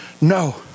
No